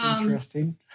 interesting